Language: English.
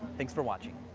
thanks for watching.